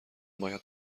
باید